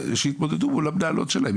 שיתמודדו מול המנהלות שלהם.